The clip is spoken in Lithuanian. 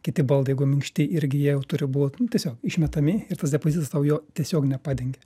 kiti baldai jeigu minkšti irgi jie jau turi bū nu tiesiog išmetami ir tas depozitas tau jo tiesiog nepadengia